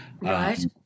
Right